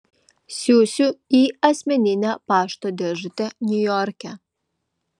siųsiu į asmeninę pašto dėžutę niujorke